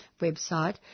website